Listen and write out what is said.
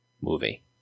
movie